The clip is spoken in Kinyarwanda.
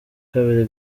kabiri